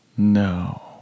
no